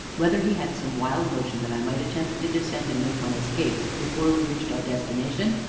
whether he had some wild notion that i might attempt to descend and make my escape before we reached our destination,